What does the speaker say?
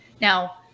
Now